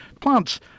plants